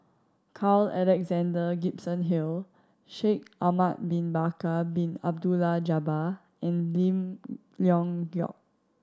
Carl Alexander Gibson Hill Shaikh Ahmad Bin Bakar Bin Abdullah Jabbar and Lim Leong Geok